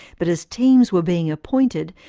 but as teams were being appointed,